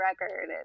record